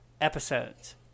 episodes